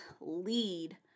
lead